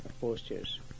Postures